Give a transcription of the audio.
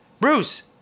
Bruce